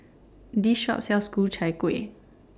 This Shop sells Ku Chai Kuih